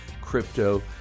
crypto